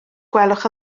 gwelwch